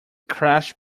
crash